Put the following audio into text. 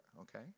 okay